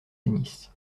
tennis